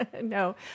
No